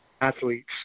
athletes